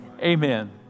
amen